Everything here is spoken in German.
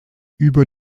über